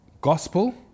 gospel